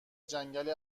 جنگل